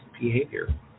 behavior